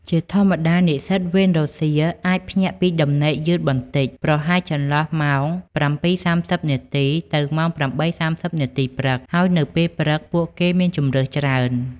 ជាធម្មតា និស្សិតវេនរសៀលអាច ភ្ញាក់ពីដំណេកយឺតបន្តិច ប្រហែលចន្លោះម៉ោង ៧:៣០ នាទី ទៅម៉ោង ៨:៣០ នាទីព្រឹក ហើយនៅពេលព្រឹកពួកគេមានជម្រើសច្រើន។